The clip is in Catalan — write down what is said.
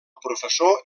professor